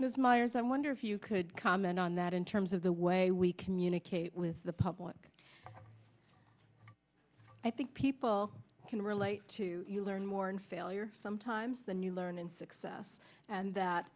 is myers i wonder if you could comment on that in terms of the way we communicate with the public i think people can relate to you learn more in failure sometimes than you learn in success and that